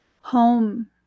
Home